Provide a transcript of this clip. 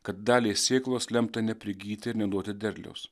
kad daliai sėklos lemta neprigyti ir neduoti derliaus